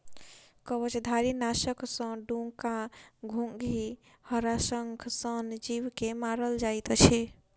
कवचधारीनाशक सॅ डोका, घोंघी, हराशंख सन जीव के मारल जाइत अछि